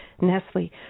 Nestle